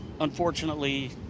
unfortunately